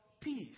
peace